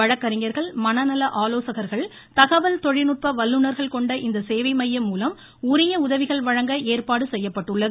வழக்கறிஞர்கள் மனநல ஆலோசகர்கள் தகவல் தொழில்நுட்ப வல்லுநர்கள் கொண்ட இந்த சேவை மையம் மூலம் உரிய உதவிகள் வழங்க ஏற்பாடு செய்யப்பட்டுள்ளது